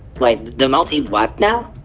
wait, the multi-what-now.